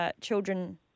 children